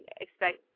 expect